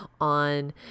on